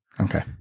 Okay